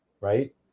right